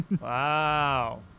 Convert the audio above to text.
Wow